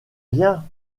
rien